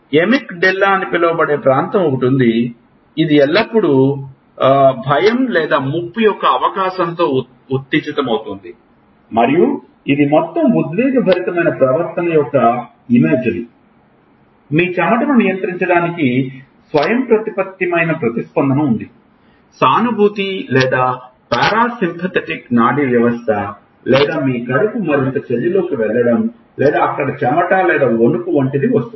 ఎమిక్ డెల్లా అని పిలువబడే ప్రాంతం ఒకటి ఉంది ఇది ఎల్లప్పుడూ భయం లేదా ముప్పు యొక్క అవకాశంతో ఉత్తేజితమవుతుంది మరియు ఇది మొత్తం ఉద్వేగభరితమైన ప్రవర్తన యొక్క యొక్క ఇమేజరీ మీ చెమటను నియంత్రించడానికి స్వయంప్రతిపత్తమైన ప్రతిస్పందన ఉంది సానుభూతి లేదా పారాసింపథెటిక్ నాడీ వ్యవస్థ లేదా మీ కడుపు మరింత చర్యలోకి వెళ్లడం లేదా అక్కడ చెమట లేదా వణుకు వంటిది వస్తుంది